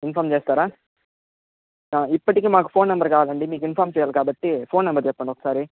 inform చేస్తారా ఇప్పటికి మాకు ఫోన్ నంబర్ కావాలండి మీకు ఇన్ఫార్మ్ చేయాలి కాబట్టి ఫోన్ నంబర్ చెప్పండి ఒక సారి